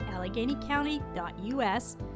AlleghenyCounty.us